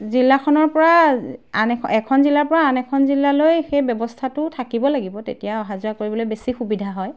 জিলাখনৰ পৰা আন এখন জিলাৰ পৰা আন এখন জিলালৈ সেই ব্যৱস্থাটো থাকিব লাগিব তেতিয়া অহা যোৱা কৰিবলৈ বেছি সুবিধা হয়